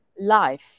life